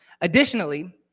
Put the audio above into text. Additionally